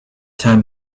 time